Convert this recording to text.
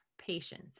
Patience